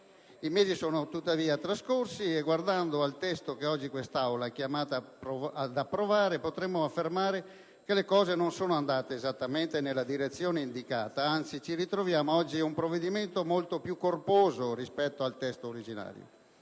I mesi sono, tuttavia, trascorsi e guardando al testo che oggi quest'Aula è chiamata ad approvare potremmo affermare che le cose non sono andate esattamente nella direzione indicata e, anzi, ci ritroviamo, oggi, un provvedimento molto più corposo rispetto al testo originario,